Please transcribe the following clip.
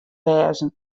wêze